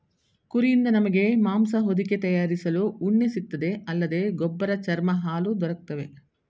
ಕುರಿಯಿಂದ ನಮಗೆ ಮಾಂಸ ಹೊದಿಕೆ ತಯಾರಿಸಲು ಉಣ್ಣೆ ಸಿಗ್ತದೆ ಅಲ್ಲದೆ ಗೊಬ್ಬರ ಚರ್ಮ ಹಾಲು ದೊರಕ್ತವೆ